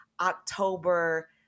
october